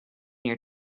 your